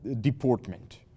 deportment